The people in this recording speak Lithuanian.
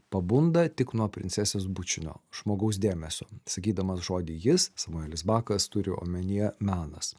pabunda tik nuo princesės bučinio žmogaus dėmesio sakydamas žodį jis samuelis bakas turi omenyje menas